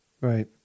Right